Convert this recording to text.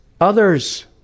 others